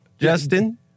Justin